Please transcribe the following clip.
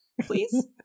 please